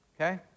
Okay